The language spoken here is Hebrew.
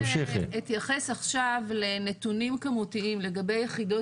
אני אתייחס עכשיו לנתונים כמותיים לגבי יחידות